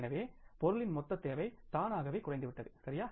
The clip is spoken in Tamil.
எனவே பொருளின் மொத்த தேவை தானாகவே குறைந்துவிட்டது சரியா